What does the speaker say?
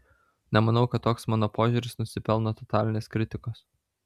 nemanau kad toks mano požiūris nusipelno totalinės kritikos